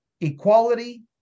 equality